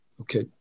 Okay